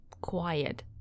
quiet